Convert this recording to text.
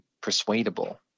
persuadable